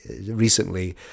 recently